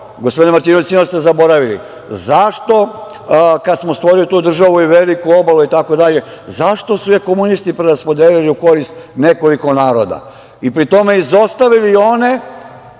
gospodine Martinoviću, sigurno ste zaboravili, zašto, kada smo stvorili tu državu i veliku obalu itd, zašto su je komunisti raspodelili u korist nekoliko naroda, i pri tome, izostavili one